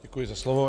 Děkuji za slovo.